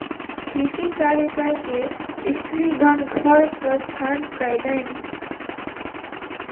कृषि कार्य कय के स्त्रीगण घर प्रस्थान कयलैन